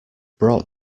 brought